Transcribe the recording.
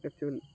একজন